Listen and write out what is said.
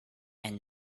and